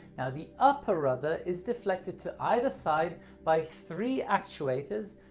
now the upper rudder is deflected to either side by three actuators,